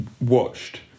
watched